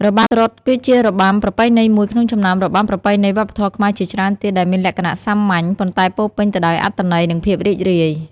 របាំត្រុដិគឺជារបាំប្រពៃណីមួយក្នុងចំណោមរបាំប្រពៃណីវប្បធម៌ខ្មែរជាច្រើនទៀតដែលមានលក្ខណៈសាមញ្ញ ប៉ុន្តែពោរពេញទៅដោយអត្ថន័យ និងភាពរីករាយ។